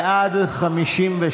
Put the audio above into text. בעד, 53,